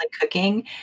cooking